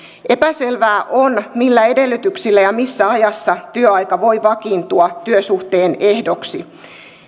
epäselvää on millä edellytyksillä ja missä ajassa työaika voi vakiintua työsuhteen ehdoksi